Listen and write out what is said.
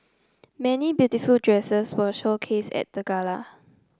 many beautiful dresses were showcased at the gala